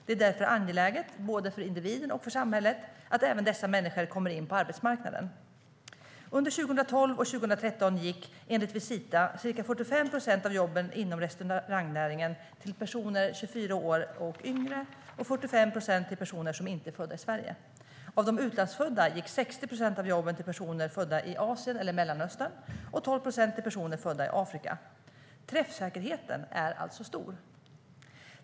Det är därför angeläget, både för individen och för samhället, att även dessa människor kommer in på arbetsmarknaden. Under 2012 och 2013 gick, enligt Visita, ca 45 procent av jobben inom restaurangnäringen till personer 24 år och yngre och 45 procent till personer som inte var födda i Sverige. Av de utlandsfödda gick 60 procent av jobben till personer födda i Asien eller Mellanöstern och 12 procent till personer födda i Afrika. Träffsäkerheten är alltså stor.